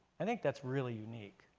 i think that's really unique.